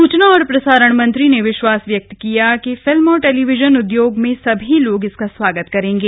सूचना और प्रसारण मंत्री ने विश्वास व्यक्त किया कि फिल्म और टेलीविजन उद्योग में सभी लोग इसका स्वागत करेंगे